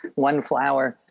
one flower.